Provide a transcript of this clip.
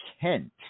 Kent